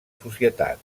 societat